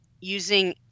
using